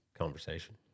conversation